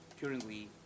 currently